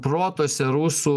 protuose rusų